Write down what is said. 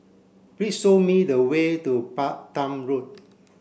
please show me the way to Balam Road